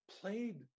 played